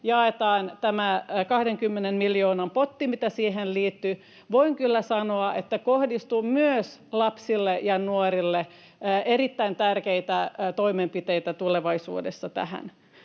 jaetaan tämä 20 miljoonan potti, mitä siihen liittyy. Voin kyllä sanoa, että kohdistuu myös lapsille ja nuorille erittäin tärkeitä toimenpiteitä tulevaisuudessa tähän.